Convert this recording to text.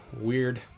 weird